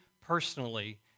personally